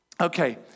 Okay